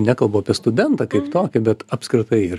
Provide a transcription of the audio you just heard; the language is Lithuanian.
nekalbu apie studentą kaip tokį bet apskritai ir